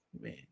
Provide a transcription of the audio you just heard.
man